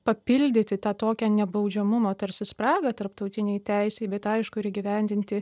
papildyti tą tokią nebaudžiamumo tarsi spragą tarptautinėj teisėj bet aišku ir įgyvendinti